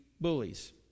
bullies